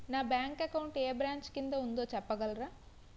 నా bank account ఏ branch కిందా ఉందో చెప్పగలరా?